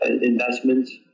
investments